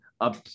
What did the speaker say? up